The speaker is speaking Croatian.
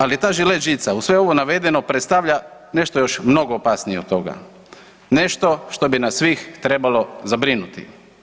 Ali ta žilet-žica uz sve ovo navedeno predstavlja nešto još mnogo opasnije od toga, nešto što bi nas svih trebalo zabrinuti.